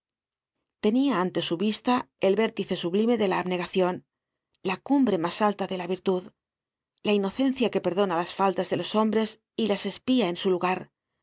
tenia ante su vista el vértice sublime de la abnegacion la cumbre mas alta de la virtud la inocencia que perdona las faltas de los hombres y las expía en su lugar